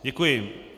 Děkuji.